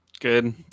Good